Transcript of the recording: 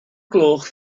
gloch